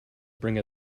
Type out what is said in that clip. bring